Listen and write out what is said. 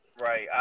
Right